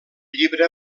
llibre